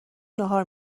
ناهار